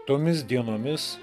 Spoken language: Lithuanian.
tomis dienomis